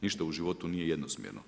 Ništa u životu nije jednosmjerno.